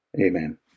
Amen